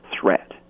threat